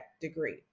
degree